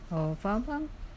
oh faham faham